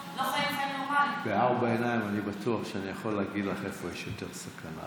בארבע עיניים אני בטוח שאני יכול להגיד לך איפה יש יותר סכנה,